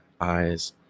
eyes